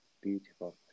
Beautiful